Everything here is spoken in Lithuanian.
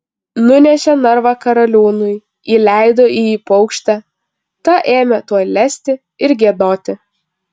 nunešė narvą karaliūnui įleido į jį paukštę ta ėmė tuoj lesti ir giedoti